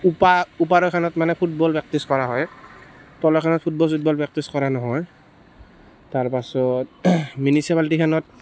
ওপৰৰখনত মানে football practice কৰা হয় তলৰখনত ফুটবল চুটবল প্ৰেক্টিচ কৰা নহয় তাৰ পাছত মিউনিচিপালটিখনত